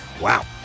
Wow